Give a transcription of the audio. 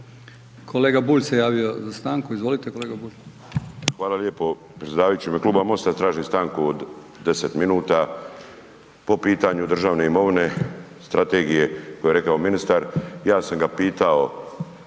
Kolega Bulj se javio za stanku, izvolite kolega Bulj. **Bulj, Miro (MOST)** Hvala lijepo predsjedavajući. U ime Kluba MOST-a tražim stanku od 10 minuta po pitanju državne imovine, strategije koju je rekao ministar. Ja sam ga pitao